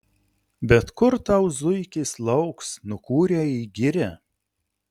bet kur tau zuikis lauks nukūrė į girią